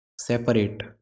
separate